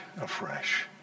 afresh